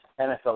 NFL